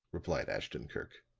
replied ashton-kirk.